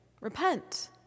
Repent